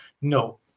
No